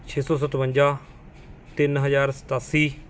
ਛੇ ਸੌ ਸਤਵੰਜਾ ਤਿੰਨ ਹਜ਼ਾਰ ਸਤਾਸੀ